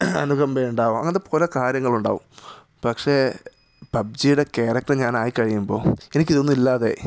അനുകമ്പ ഉണ്ടാകാം അങ്ങനത്തെ പല കാര്യങ്ങൾ ഉണ്ടാകും പക്ഷേ പബ്ജിയുടെ ക്യാരക്ടർ ഞാനായി കഴിയുമ്പോൾ എനിക്ക് ഇതൊന്നും ഇല്ലാതായി